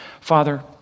Father